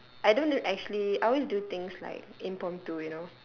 I don't actually I always do things like impromptu you know